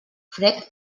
fred